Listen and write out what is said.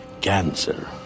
cancer